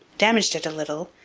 damaged it a little,